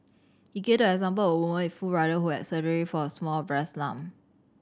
he gave the example of a woman with full rider who had surgery for a small breast lump